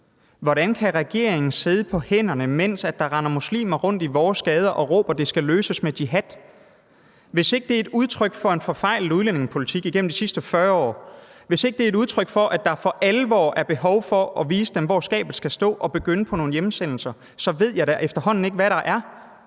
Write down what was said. Hvordan kan regeringen sidde på hænderne, mens der render muslimer rundt i vores gader og råber, at det skal løses med jihad? Hvis ikke det er et udtryk for en forfejlet udlændingepolitik igennem de sidste 40 år, hvis ikke det er et udtryk for, at der for alvor er behov for at vise dem, hvor skabet skal stå og begynde på nogle hjemsendelser, ved jeg da efterhånden ikke, hvad det er.